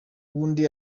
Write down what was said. w’undi